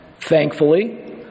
Thankfully